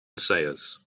sayers